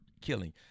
killing